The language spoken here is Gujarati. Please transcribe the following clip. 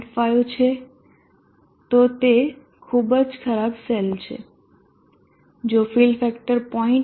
5 છે તો તે ખૂબ જ ખરાબ સેલ છે જો ફીલ ફેક્ટર 0